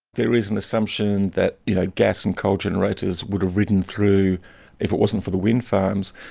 there is an assumption that you know gas and coal generators would have ridden through if it wasn't for the wind farms,